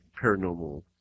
paranormal